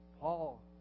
Paul